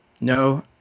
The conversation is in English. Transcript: No